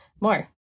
more